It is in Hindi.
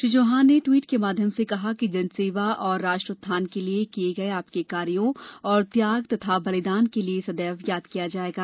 श्री चौहान ने ट्वीट के माध्यम से कहा कि जनसेवा और राष्ट्र उत्थान के लिए किये गये आपके कार्यो और त्याग और बलिदान के लिए सदैव याद किया जायेगा